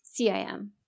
CIM